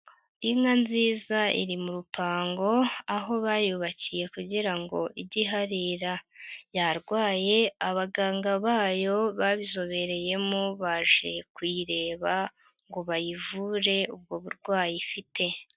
Inka nziza iri mu rupango aho bayubakiye kugira ngo ige iharira, yarwaye abaganga bayo babizobereyemo baje kuyireba ngo bayivure ubwo burwayi ifite.